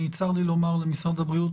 צרי לי לומר למשרד הבריאות,